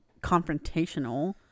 confrontational